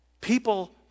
people